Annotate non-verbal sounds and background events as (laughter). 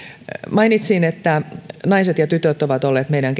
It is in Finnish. mainitsin että naiset ja tytöt ovat olleet meidän (unintelligible)